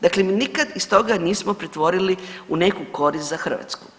Dakle, mi nikad iz toga nismo pretvorili u neku korist za Hrvatsku.